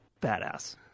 badass